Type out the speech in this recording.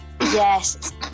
yes